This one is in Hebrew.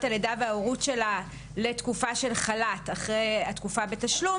הלידה וההורות שלה לתקופה של חל"ת אחרי התקופה בתשלום,